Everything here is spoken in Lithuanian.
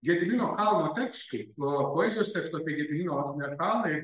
gedimino kalno tekstai poezijos tekstai apie gedimino kalną